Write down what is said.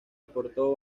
aportó